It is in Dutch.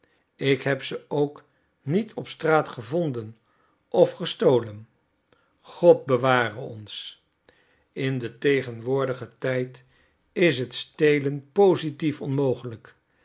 ik heb ze ook niet op straat gevonden of gestolen god beware ons in den tegenwoordigen tijd is het stelen positief onmogelijk